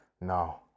No